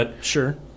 sure